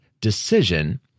decision